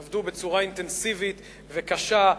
עבדו בצורה אינטנסיבית וקשה,